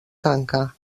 tanca